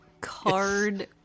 card